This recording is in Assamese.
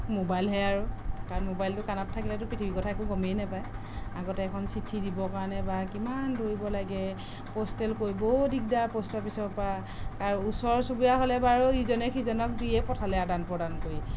ম'বাইলহে আৰু আৰু ম'বাইলটো কাণত থাকিলেতো পৃথিৱীৰ কথা একো গমেই নাপায় আগতে এখন চিঠি দিবৰ কাৰণে বা কিমান দৌৰিব লাগে পোষ্টেল কৰিবও দিগদাৰ প'ষ্ট অফিচৰপৰা আৰু ওচৰ চুবুৰীয়া হ'লে বাৰু ইজনে সিজনক দিয়ে পঠালে আদান প্ৰদান কৰি